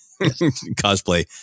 cosplay